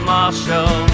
Marshall